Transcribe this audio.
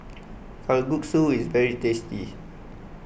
Kalguksu is very tasty